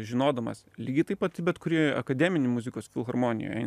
žinodamas lygiai taip pat į bet kurį akademinį muzikos filharmonijoj